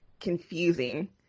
confusing